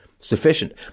sufficient